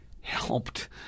helped